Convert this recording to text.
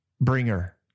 bringer